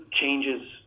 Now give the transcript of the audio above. changes